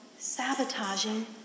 Sabotaging